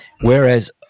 whereas